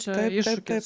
čia iššūkis